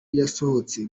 yasohotse